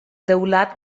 teulat